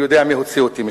אני יודע מי הוציא אותי משם.